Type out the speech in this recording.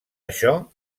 això